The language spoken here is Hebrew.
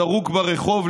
זרוק ברחוב,